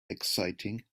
exciting